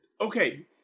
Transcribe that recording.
okay